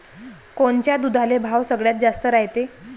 कोनच्या दुधाले भाव सगळ्यात जास्त रायते?